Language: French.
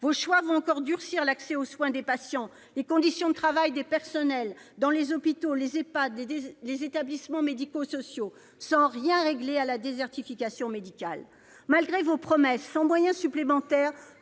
Vos choix vont encore durcir l'accès aux soins des patients et les conditions de travail des personnels dans les hôpitaux, les Ehpad, les établissements médico-sociaux, sans régler en rien la désertification médicale. Malgré vos promesses, comment, sans moyens supplémentaires,